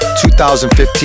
2015